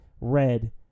red